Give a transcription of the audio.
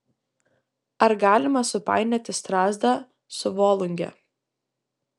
ar galima supainioti strazdą su volunge